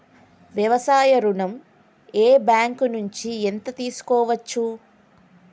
వ్యవసాయ ఋణం ఏ బ్యాంక్ నుంచి ఎంత తీసుకోవచ్చు?